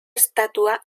estatua